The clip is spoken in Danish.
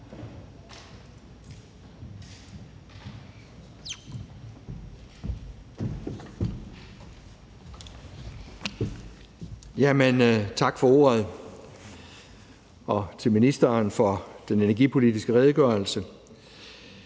Tak for ordet, og tak til ministeren for den energipolitiske redegørelse.